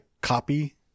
copy